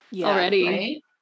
already